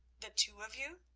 the two of you?